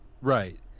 Right